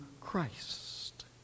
Christ